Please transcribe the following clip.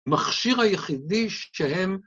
‫מכשיר היחידי שהם...